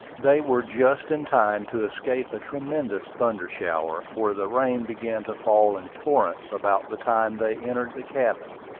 they were just in time to escape a tremendous thunder-shower, for the rain began to fall in torrents about the time they entered the cabin.